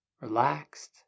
relaxed